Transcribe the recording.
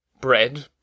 bread